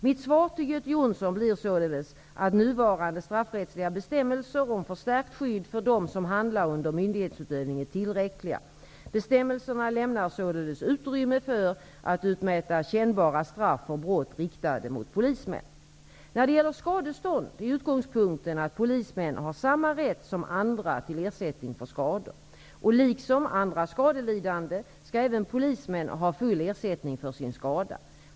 Mitt svar till Göte Jonsson blir således att nuvarande straffrättsliga bestämmelser om förstärkt skydd för dem som handlar under myndighetsutövning är tillräckliga. Bestämmelserna lämnar utrymme för att utmäta kännbara straff för brott riktade mot polismän. När det gäller skadestånd är utgångspunkten att polismän har samma rätt som andra till ersättning för skador. Liksom andra skadelidande skall även polismän ha full ersättning för sin skada.